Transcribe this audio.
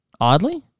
Oddly